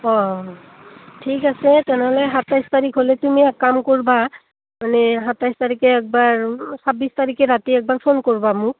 অঁ ঠিক আছে তেনেহ'লে সাতাইছ তাৰিখ হ'লে তুমি এক কাম কৰবা মানে সাতাইছ তাৰিখে একবাৰ ছাব্বিছ তাৰিখে ৰাতি একবাৰ ফোন কৰবা মোক